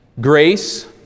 Grace